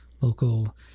Local